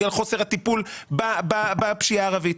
בגלל חוסר הטיפול בחברה הערבית.